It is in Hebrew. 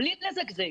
בלי לזגזג.